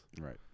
Right